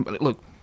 look